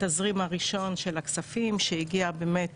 התזרים הראשון של הכספים שהגיע באמת